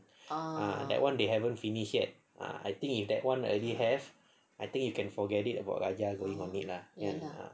that [one] they haven't finish yet ah I think if that [one] already have I think you can forget it about raja going on it lah ah